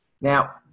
Now